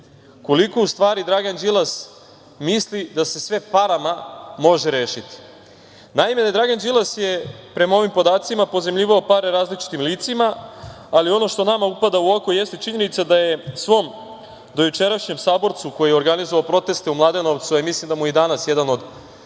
koliko u stvari Dragan Đilas misli da se sve parama može rešiti. Naime, Dragan Đilas je prema ovim podacima pozajmljivao pare različitim licima, ali ono što nama upada u oko, jeste činjenica da je svom dojučerašnjem saborcu, koji je organizovao proteste u Mladenovcu, a mislim da mu je i danas jedan od